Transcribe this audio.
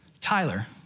Tyler